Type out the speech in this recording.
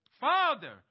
Father